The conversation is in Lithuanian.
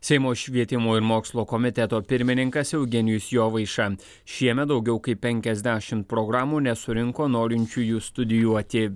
seimo švietimo ir mokslo komiteto pirmininkas eugenijus jovaiša šiemet daugiau kaip penkiasdešimt programų nesurinko norinčiųjų studijuoti